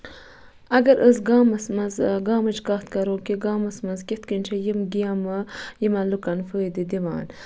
اگر أسۍ گامَس مَنٛز گامٕچ کَتھ کَرو کہِ گامَس مَنٛز کِتھ کٔنۍ چھِ یِم گیمہٕ یِمَن لُکَن فٲیدٕ دِوان